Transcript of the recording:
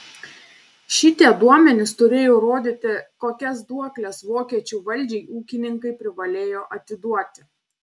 šitie duomenys turėjo rodyti kokias duokles vokiečių valdžiai ūkininkai privalėjo atiduoti